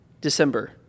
December